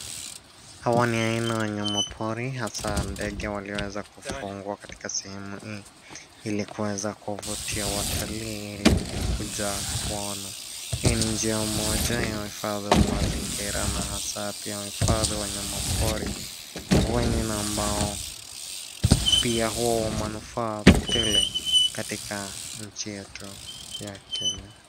Hawa ni aina wanyama pori hasaa ndege walioweza kufugwa katika sehemu hii ilikuweza kuvutia watalii ilikukuja kuwaona. Hii ni njia moja ya uhifadhi wa mazingira na hasaa pia uhifadhi wanyama pori wengine ambao, pia huwa manufaa tele katika nchi yetu ya Kenya.